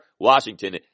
Washington